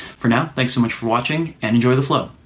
for now, thanks so much for watching and enjoy the flow!